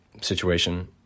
situation